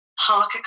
park